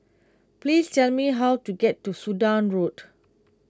please tell me how to get to Sudan Road